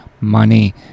money